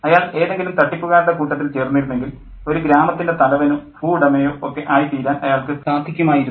അയാൾ ഏതെങ്കിലും തട്ടിപ്പുകാരുടെ കൂട്ടത്തിൽ ചേർന്നിരുന്നെങ്കിൽ ഒരു ഗ്രാമത്തിൻ്റെ തലവനോ ഭൂവുടമയോ ഒക്കെ ആയിത്തീരാൻ അയാൾക്ക് സാധിക്കുമായിരുന്നു